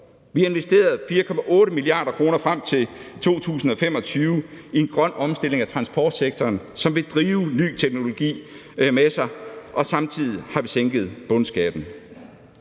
Vi har investeret 4,8 mia. kr. frem til 2025 i en grøn omstilling af transportsektoren, som vil drive ny teknologi med sig, og samtidig har vi sænket bundskatten.